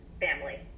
family